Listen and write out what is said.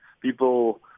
people